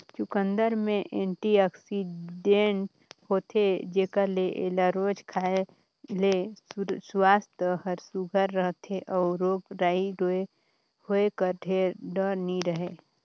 चुकंदर में एंटीआक्सीडेंट होथे जेकर ले एला रोज खाए ले सुवास्थ हर सुग्घर रहथे अउ रोग राई होए कर ढेर डर नी रहें